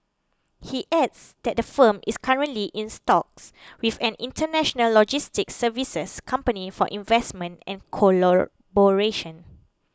he adds that the firm is currently in talks with an international logistics services company for investment and collaboration